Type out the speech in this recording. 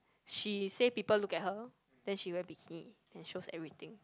she say people look at her then she wear bikini and shows everything